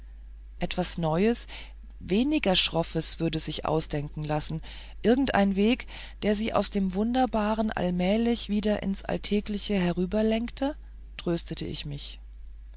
etwas neues weniger schroffes würde sich schon ausdenken lassen irgendein weg der sie aus dem wunderbaren allmählich wieder ins alltägliche herüberlenkte tröstete ich mich